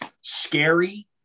Scary